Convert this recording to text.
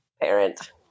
parent